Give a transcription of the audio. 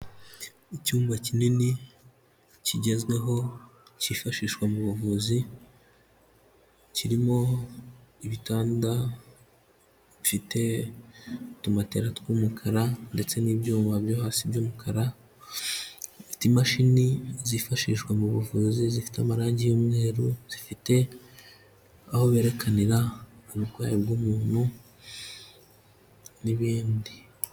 Icyumba kinini kigezweho cyifashishwa mu buvuzi, kirimo ibitanda bifite utu matera tw'umukara ndetse n'ibyuma byo hasi by'umukara, bifite imashini zifashishwa mu buvuzi, zifite amarangi y'umweru, zifite aho berekanira uburwayi bw'umuntu n'ibindi.